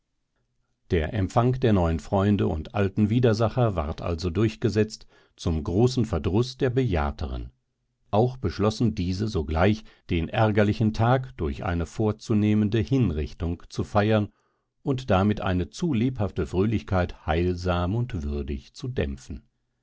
der empfang der neuen freunde und alten widersacher ward also durchgesetzt zum großen verdruß der bejahrteren auch beschlossen diese sogleich den ärgerlichen tag durch eine vorzunehmende hinrichtung zu feiern und damit eine zu lebhafte fröhlichkeit heilsam und würdig zu dämpfen